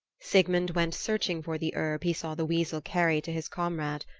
sigmund went searching for the herb he saw the weasel carry to his comrade.